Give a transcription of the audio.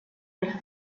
del